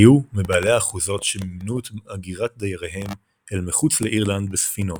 היו מבעלי האחוזות שמימנו את הגירת דייריהם אל מחוץ לאירלנד בספינות,